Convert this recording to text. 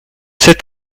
sept